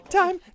time